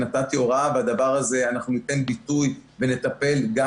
נתתי הוראה ואנחנו ניתן ביטוי ונטפל גם